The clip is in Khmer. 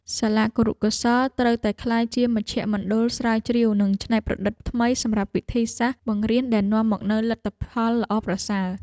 សាលាគរុកោសល្យត្រូវតែក្លាយជាមជ្ឈមណ្ឌលស្រាវជ្រាវនិងច្នៃប្រឌិតថ្មីសម្រាប់វិធីសាស្ត្របង្រៀនដែលនាំមកនូវលទ្ធផលល្អប្រសើរ។